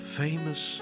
famous